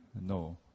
No